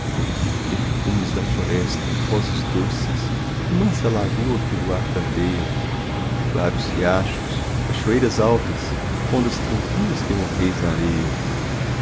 perfumes da floresta vozes doces mansa lagoa que o luar prateia claros riachos cachoeiras altas ondas tranqüilas que morreis na areia